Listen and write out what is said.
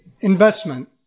investment